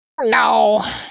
No